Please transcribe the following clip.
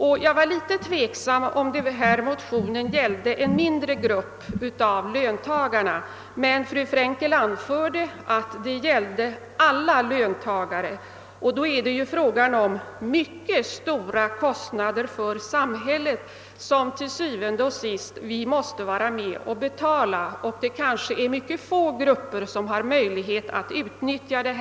Jag var först en smula tveksam och undrade om motionen gällde en mindre grupp bland löntagarna, men fru Frankel framhöll att motionärerna avser alla löntagare. Då är det ju fråga om mycket stora kostnader, som til syvende og sidst alla måste vara med och betala, även om ytterst få grupper har möjlighet att utnyttja förmånen.